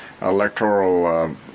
electoral